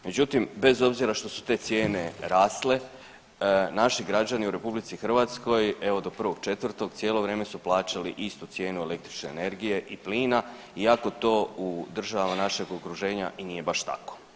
Međutim, bez obzira što su te cijene rasle naši građani u RH evo do 1.4. cijelo vrijeme su plaćali iste cijene električne energije i plina iako to u državama našeg okruženja i nije baš tako.